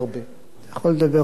אבל אין שום שר שישמע אותך,